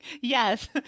Yes